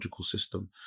system